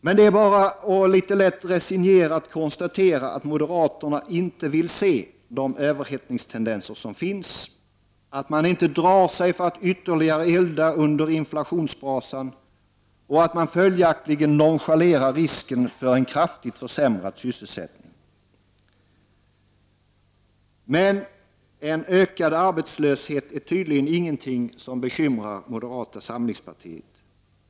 Men det är bara att litet lätt resignerat konstatera att moderaterna inte vill se de överhettningstendenser som finns, att de inte drar sig för att ytterligare elda under inflationsbrasan och att de följaktligen nonchalerar risken för en kraftigt försämrad sysselsättning. Men en ökad arbetslöshet är tydligen ingenting som bekymrar moderata samlingspartiet.